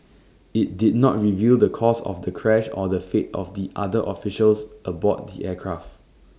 IT did not reveal the cause of the crash or the fate of the other officials aboard the aircraft